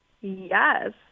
Yes